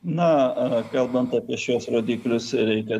na kalbant apie šiuos rodiklius reikia